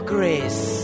grace